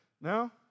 No